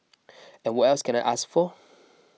and what else can I ask for